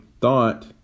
thought